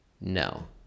No